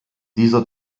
dieser